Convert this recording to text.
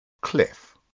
cliff